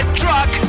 truck